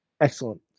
Excellent